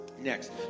next